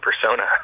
persona